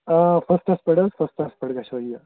آ فٔسٹَس پٮ۪ٹھ حظ فٔسٹَس پٮ۪ٹھ گژھٮ۪و یہِ